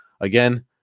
again